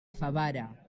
favara